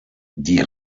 die